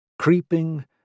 creeping